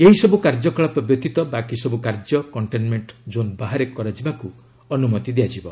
ଏହିସବୁ କାର୍ଯ୍ୟକଳାପ ବ୍ୟତୀତ ବାକିସବୁ କାର୍ଯ୍ୟ କଣ୍ଟେନମେଷ୍ଟ୍ ଜୋନ୍ ବାହାରେ କରାଯିବାକୁ ଅନୁମତି ଦିଆଯିବ